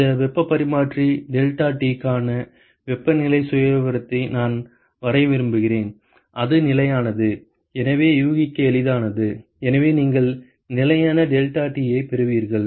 இந்த வெப்பப் பரிமாற்றி டெல்டாடிக்கான வெப்பநிலை சுயவிவரத்தை நான் வரைய விரும்புகிறேன் அது நிலையானது எனவே யூகிக்க எளிதானது எனவே நீங்கள் நிலையான டெல்டாடியைப் பெறுவீர்கள்